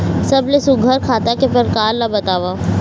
सबले सुघ्घर खाता के प्रकार ला बताव?